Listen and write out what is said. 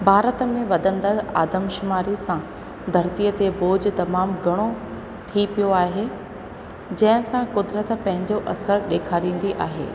भारत में वधंदड़ आदमशुमारीअ सां धरतीअ ते भोज तमामु घणो थी पियो आहे जंहिंसां क़ुदिरत पंहिंजो असर ॾेखारींदी आहे